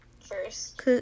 first